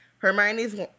Hermione's